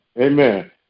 Amen